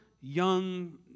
young